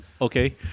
okay